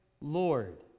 Lord